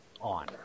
on